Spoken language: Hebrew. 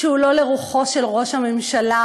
שהוא לא לרוחו של ראש הממשלה,